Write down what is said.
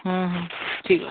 ହଁ ହଁ ଠିକ୍ ଅଛି